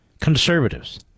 conservatives